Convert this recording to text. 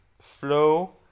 flow